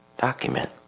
document